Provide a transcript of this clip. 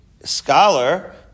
scholar